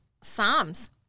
Psalms